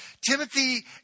Timothy